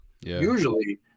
usually